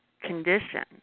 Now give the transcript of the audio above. condition